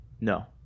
No